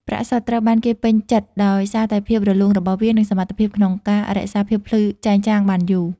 ប្រាក់សុទ្ធ ត្រូវបានគេពេញចិត្តដោយសារតែភាពរលោងរបស់វា និងសមត្ថភាពក្នុងការរក្សាភាពភ្លឺចែងចាំងបានយូរ។